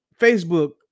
Facebook